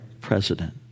president